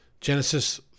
Genesis